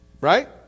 Right